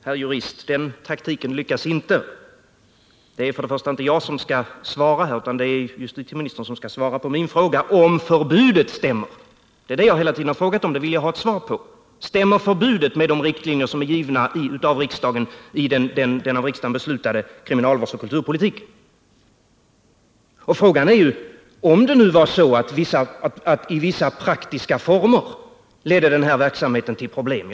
Herr talman! Nej, herr jurist, den taktiken lyckas inie! Det är för det första inte jag som skall svara, utan det är justitieministern som skall svara på min fråga om förbudet stämmer. Det är det jag hela tiden frågat om, och det vill jag ha ett svar på. Stämmer förbudet med de riktlinjer som är givna av riksdagen i den av riksdagen beslutade kriminalvårdsoch kulturpolitiken? Frågan är om det nu var så, att i vissa praktiska former ledde den här verksamheten till problem.